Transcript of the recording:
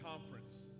conference